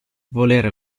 volere